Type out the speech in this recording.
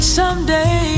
someday